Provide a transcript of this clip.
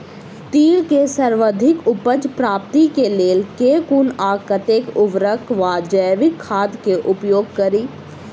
तिल केँ सर्वाधिक उपज प्राप्ति केँ लेल केँ कुन आ कतेक उर्वरक वा जैविक खाद केँ उपयोग करि?